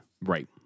Right